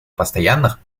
постоянных